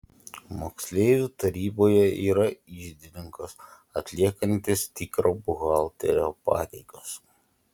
moksleivių taryboje yra iždininkas atliekantis tikro buhalterio pareigas